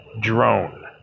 drone